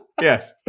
Yes